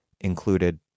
included